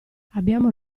abbiamo